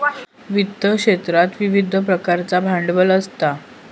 वित्त क्षेत्रात विविध प्रकारचा भांडवल असता